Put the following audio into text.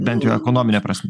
bent jau ekonomine prasme